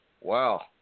Wow